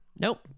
Nope